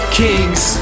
kings